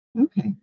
Okay